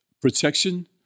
protection